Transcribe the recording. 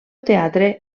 teatre